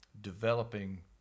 developing